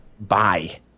Bye